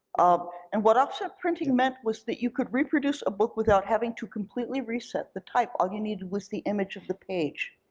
um and what offset printing meant was that you could reproduce a book without having to completely reset the type. all you needed was the image of the page.